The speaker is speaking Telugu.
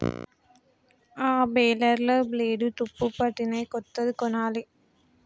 ఆ బేలర్ల బ్లేడ్లు తుప్పుపట్టినయ్, కొత్తది కొనాలి